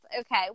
Okay